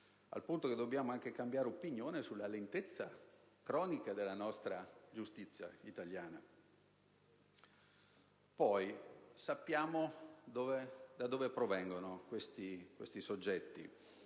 al punto che dobbiamo anche cambiare opinione sulla lentezza cronica della giustizia italiana! Sappiamo da dove provengono questi soggetti: